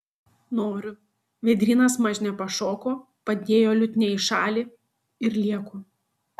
noriu vėdrynas mažne pašoko padėjo liutnią į šalį ir lieku